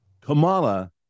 Kamala